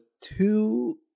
two-